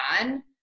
on